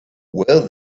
well